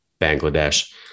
Bangladesh